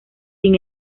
sin